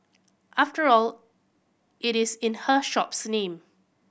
after all it is in her shop's name